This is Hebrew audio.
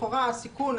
לכאורה הסיכון,